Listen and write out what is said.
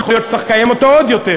יכול להיות שצריך לקיים אותו עוד יותר